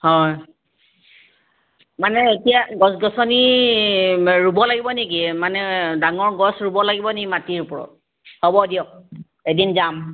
হয় মানে এতিয়া গছ গছনি ৰুব লাগিব নি মানে ডাঙৰ গছ ৰুব লাগিব নি মাটিৰ ওপৰত হ'ব দিয়ক এদিন যাম